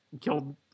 killed